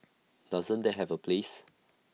doesn't that have A place